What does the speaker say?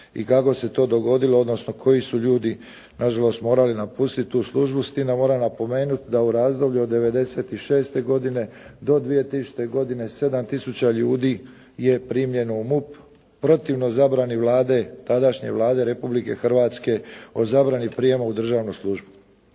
i kako se to dogodilo, odnosno koji su ljudi na žalost morali napustiti tu službu, s tim da moram napomenuti da u razdoblju od 96. godine do 2000. godine 7 tisuća ljudi je primljeno u MUP protivno zabrani Vlade, tadašnje Vlade Republike Hrvatske o zabrani prijema u državnu službu.